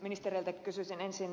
ministereiltä kysyisin ensin